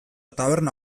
taberna